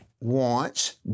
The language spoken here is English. wants